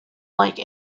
like